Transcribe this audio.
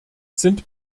sind